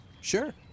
Sure